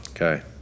okay